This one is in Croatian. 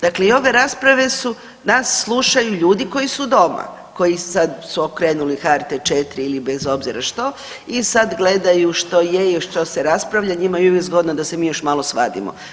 Dakle, i ove rasprave su, nas slušaju ljudi koji su doma, koji sad su okrenuli HRT 4 ili bez obzira što, i sad gledaju što je, što se raspravlja, njima je uvijek zgodno da se mi još malo svadimo.